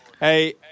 Hey